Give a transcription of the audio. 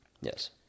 Yes